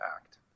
act